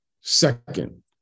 Second